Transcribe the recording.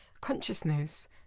Consciousness